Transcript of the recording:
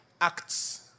ACTS